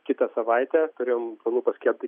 kitą savaitę turėjom planų paskelbti